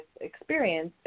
experience